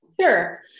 Sure